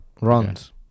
Runs